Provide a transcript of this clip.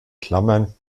klammern